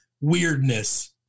weirdness